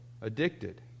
Addicted